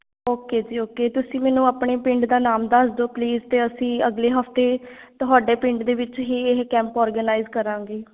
okay ji okay ਤੁਸੀਂ ਮੈਨੂੰ ਆਪਣੇ ਪਿੰਡ ਦਾ ਨਾਮ ਦੱਸ ਦਿਓ ਪਲੀਜ਼ ਅਤੇ ਅਸੀਂ ਅਗਲੇ ਹਫਤੇ ਤੁਹਾਡੇ ਪਿੰਡ ਦੇ ਵਿੱਚ ਹੀ ਇਹ ਕੈਂਪ ਔਰਗਨਾਈਜ਼ ਕਰਾਂਗੇ